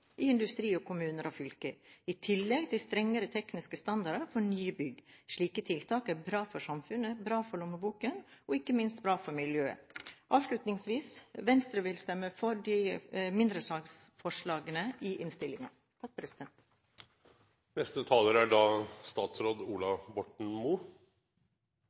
i industri og kommuner og fylker, i tillegg til strengere tekniske standarder for nye bygg. Slike tiltak er bra for samfunnet, bra for lommeboken og ikke minst bra for miljøet. Avslutningsvis: Venstre vil stemme for alle mindretallsforslagene i innstillingen. På vegne av regjeringen har jeg lagt fram mål for energieffektivisering i bygg. Det er